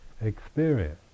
experience